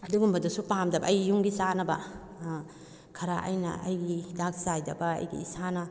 ꯑꯗꯨꯒꯨꯝꯕꯁꯨ ꯄꯥꯝꯗꯕ ꯑꯩ ꯌꯨꯝꯒꯤ ꯆꯥꯅꯕ ꯑꯥ ꯈꯔ ꯑꯩꯅ ꯑꯩꯒꯤ ꯍꯤꯗꯥꯛ ꯆꯥꯏꯗꯕ ꯑꯩꯒꯤ ꯏꯁꯥꯅ